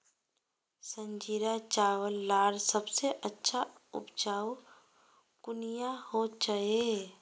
संजीरा चावल लार सबसे अच्छा उपजाऊ कुनियाँ होचए?